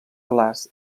glaç